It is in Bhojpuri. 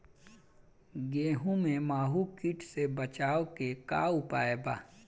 गेहूँ में माहुं किट से बचाव के का उपाय बा?